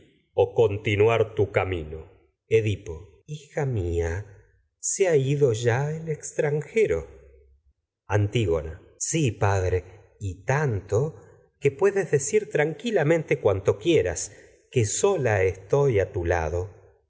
o continuar tu camino hija mía se ha ido ya el extranjero puedes antígona sí padre y tanto que decir tranquilamente lado cuanto quieras que sola estoy a tu